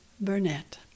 Burnett